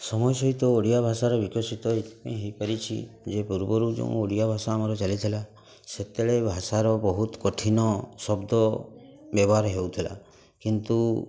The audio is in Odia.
ସମୟ ସହିତ ଓଡ଼ିଆ ଭାଷାର ବିକଶିତ ଏଇଥିପାଇଁ ହୋଇପାରିଛି ଯେ ପୂର୍ବରୁ ଯେଉଁ ଓଡ଼ିଆ ଭାଷା ଆମର ଚାଲିଥିଲା ସେତେବେଳେ ଭାଷାର ବହୁତ କଠିନ ଶବ୍ଦ ବ୍ୟବହାର ହେଉଥିଲା କିନ୍ତୁ